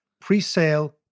pre-sale